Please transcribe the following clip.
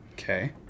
Okay